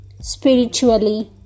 spiritually